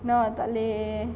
no takleh